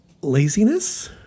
Laziness